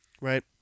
right